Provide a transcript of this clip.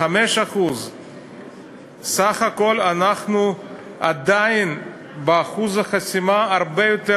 5%. סך הכול אנחנו עדיין באחוז חסימה הרבה יותר